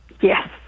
yes